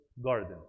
garden